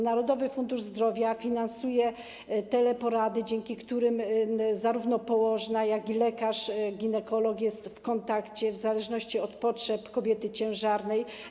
Narodowy Fundusz Zdrowia finansuje teleporady, dzięki którym zarówno położna, jak i lekarz ginekolog są w kontakcie w zależności od potrzeb kobiety ciężarnej.